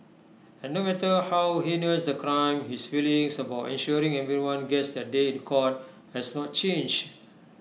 and no matter how heinous the crime his feelings about ensuring everyone gets their day in court has not changed